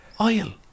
Oil